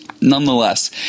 Nonetheless